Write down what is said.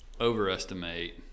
overestimate